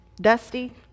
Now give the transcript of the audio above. Dusty